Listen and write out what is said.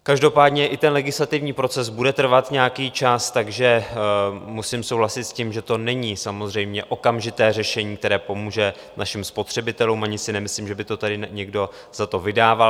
Každopádně i legislativní proces bude trvat nějaký čas, takže musím souhlasit s tím, že to není samozřejmě okamžité řešení, které pomůže našim spotřebitelům, ani si nemyslím, že by to tady někdo za to vydával.